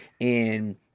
and-